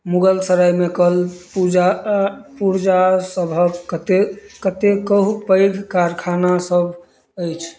मुगलसरायमे कल पूजा पूर्जा सभक कते कतेकहु पैघ कारखानासभ अछि